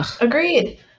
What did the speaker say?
Agreed